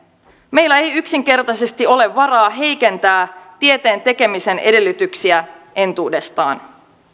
meillä ei yksinkertaisesti ole varaa heikentää tieteen tekemisen edellytyksiä entuudestaan